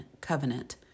covenant